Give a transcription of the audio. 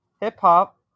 Hip-hop